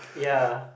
ya